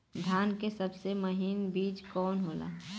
धान के सबसे महीन बिज कवन होला?